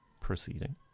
proceeding